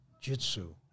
jitsu